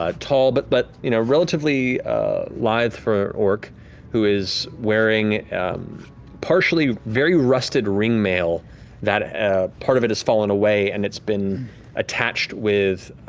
um tall but but you know relatively lithe for an orc who is wearing partially very rusted ring mail that part of it has fallen away, and it's been attached with